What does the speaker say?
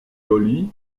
holly